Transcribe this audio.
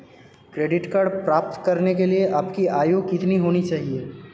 Credit card प्राप्त करने के लिए आपकी आयु कितनी होनी चाहिए?